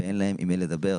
ואין להם עם מי לדבר.